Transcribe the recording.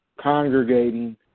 congregating